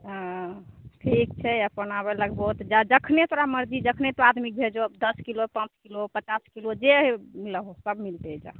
हँ ठीक छै जब अपन आबऽ लगबहो तऽ जा जखने तोरा मर्जी जखने तू आदमी भेजहो दश किलो पॉंच किलो पचास किलो जे लहो सब मिलतै एहिजा